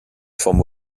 forme